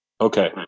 Okay